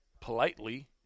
politely